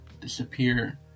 disappear